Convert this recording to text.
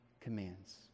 commands